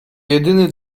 jedyny